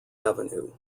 avenue